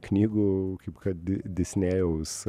knygų kaip kad di disnėjaus